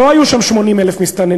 לא היו שם 80,000 מסתננים,